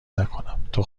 نکنم، تو